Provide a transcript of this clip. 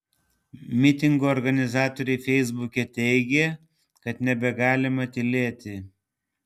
mitingo organizatoriai feisbuke teigė kad nebegalima tylėti